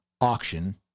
auction